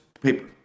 Paper